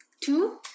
two